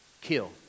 kill